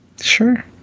sure